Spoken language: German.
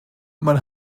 man